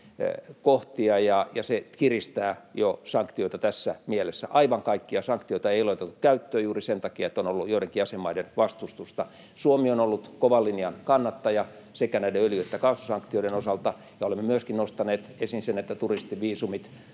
kohtia, ja se kiristää jo sanktioita tässä mielessä. Aivan kaikkia sanktiota ei ole otettu käyttöön juuri sen takia, että on ollut juurikin jäsenmaiden vastustusta. Suomi on ollut kovan linjan kannattaja sekä näiden öljy- että kaasusanktioiden osalta, ja olemme myöskin nostaneet esiin sen, että turistiviisumit,